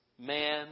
man